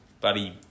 buddy